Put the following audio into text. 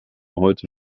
heute